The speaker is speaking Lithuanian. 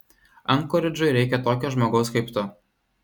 ankoridžui reikia tokio žmogaus kaip tu